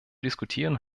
diskutieren